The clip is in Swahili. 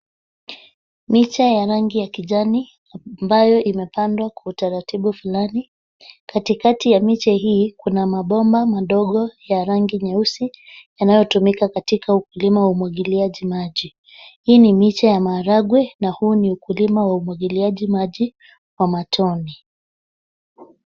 Miche ya rangi ya kijani ambayo imepandwa kwa utaratibu fulani. Katikati ya miche hii kuna mabomba madogo ya rangi nyeusi yanayotumika katika ukulima wa umwangiliaji maji. Hii ni miche ya maharangwe na huu ni ukulima wa umwangiliaji maji wa matone.